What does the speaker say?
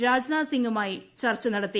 രാജാനാഥ് സിംഗുമായി ചർച്ച നടത്തി